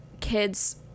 kids